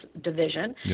division